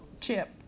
Chip